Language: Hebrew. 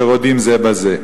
שרודים זה בזה.